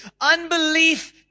unbelief